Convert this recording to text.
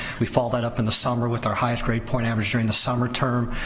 we followed that up in the summer with our highest grade point average during the summer term.